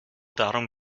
darum